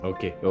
Okay